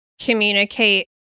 communicate